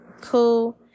cool